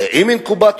זה עם אינקובטור.